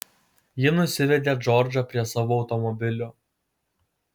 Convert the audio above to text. ji nusivedė džordžą prie savo automobilio